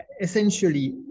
essentially